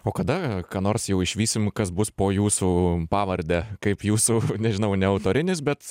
o kada ką nors jau išvysim kas bus po jūsų pavarde kaip jūsų nežinau ne autorinis bet